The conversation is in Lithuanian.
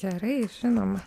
gerai žinoma